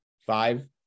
Five